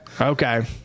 Okay